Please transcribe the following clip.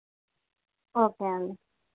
okay అండి